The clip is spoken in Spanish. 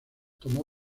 tomó